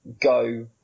go